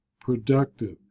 productive